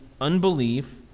unbelief